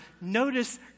notice